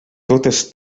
totes